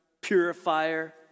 purifier